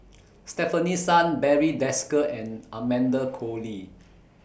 Stefanie Sun Barry Desker and Amanda Koe Lee